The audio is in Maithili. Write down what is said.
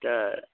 तऽ